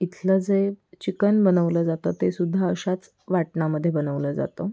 इथलं जे चिकन बनवलं जातं ते सुद्धा अशाच वाटणामध्ये बनवलं जातं